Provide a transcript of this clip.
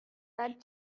that